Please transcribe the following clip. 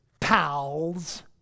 pals